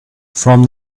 from